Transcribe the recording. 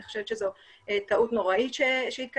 לדעתי זו הייתה טעות נוראית שהייתה